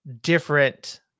different